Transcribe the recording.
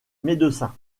médecin